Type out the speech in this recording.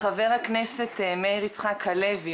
חבר הכנסת מאיר יצחק הלוי,